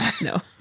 No